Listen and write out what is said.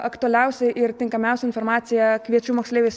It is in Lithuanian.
aktualiausią ir tinkamiausią informaciją kviečiu moksleivius